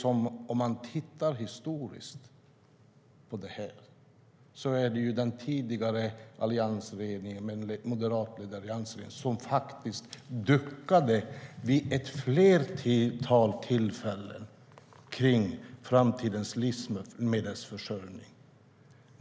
Om man tittar på det historiskt ser man att det var den tidigare moderatledda alliansregeringen som vid ett flertal tillfällen duckade kring framtidens livsmedelsförsörjning.